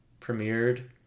premiered